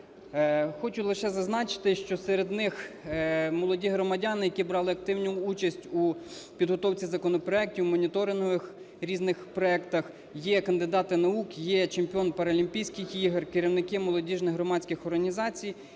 Хочу лише зазначити, що серед них молоді громадяни, які брали активну участь у підготовці законопроектів, моніторингових різних проектах, є кандидати наук, є чемпіон паралімпійських ігор, керівники молодіжних громадських організацій.